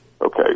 Okay